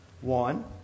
one